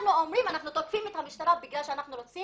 אנחנו תוקפים את המשטרה בגלל שאנחנו רוצים